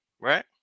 right